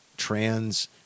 trans